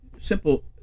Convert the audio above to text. simple